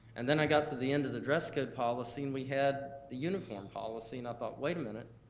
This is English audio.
and then i got to the end of the dress code policy, and we had the uniform policy, and i thought, wait a minute,